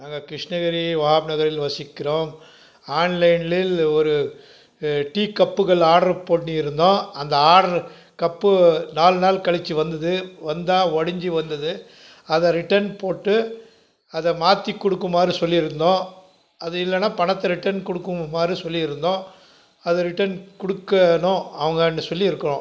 நாங்கள் கிஷ்ணகிரி வஹாப் நகரில் வசிக்கிறோம் ஆன்லைனில் ஒரு டீ கப்புகள் ஆர்டரு பண்ணி இருந்தோம் அந்த ஆர்ட்ரு கப்பு நாலு நாள் கழிச்சு வந்தது வந்தால் உடஞ்சி வந்தது அதை ரிட்டன் போட்டு அதை மாற்றி கொடுக்குமாறு சொல்லியிருந்தோம் அது இல்லைனா பணத்தை ரிட்டன் கொடுக்குமாறு சொல்லியிருந்தோம் அதை ரிட்டன் கொடுக்கணும் அவங்களாண்ட சொல்லியிருக்கிறோம்